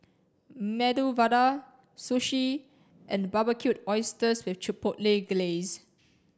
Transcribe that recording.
Medu Vada Sushi and Barbecued Oysters with Chipotle Glaze